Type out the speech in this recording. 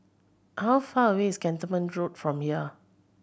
how far away is Cantonment Road from here